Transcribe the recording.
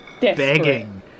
begging